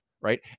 right